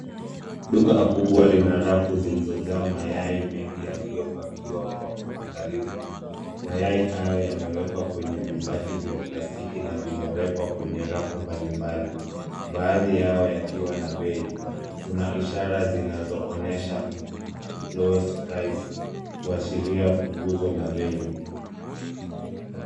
Duka kubwa lina rafu zilizojaa mayai mengi yaliyopakiwa kwa uangalizi. Mayai hayo yamewekwa kwenye vibati vya plastiki na vimewekwa kwenye rafu mbalimbali. Baadhi yao yakiwa na bei. Kuna ishara zinazoonyesha, lowest price , kuashiria punguzo la bei.